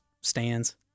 stands